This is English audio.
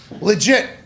legit